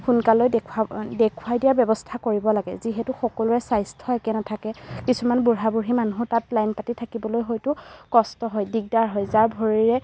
সোনকালে দেখোৱা দেখোৱাই দিয়া ব্যৱস্থা কৰিব লাগে যিহেতু সকলোৰে স্বাস্থ্য একে নাথাকে কিছুমান বুঢ়া বুঢ়ী মানুহো তাত লাইন পাতি থাকিবলৈ হয়তো কষ্ট হয় দিগদাৰ হয় যাৰ ভৰিৰে